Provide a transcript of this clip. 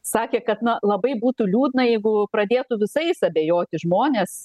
sakė kad na labai būtų liūdna jeigu pradėtų visais abejoti žmonės